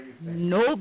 no